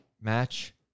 match